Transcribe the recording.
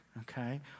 Okay